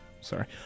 Sorry